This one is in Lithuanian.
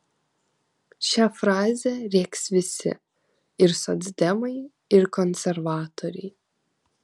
šią frazę rėks visi ir socdemai ir konservatoriai